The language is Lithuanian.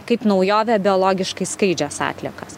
kaip naujovė biologiškai skaidžios atliekos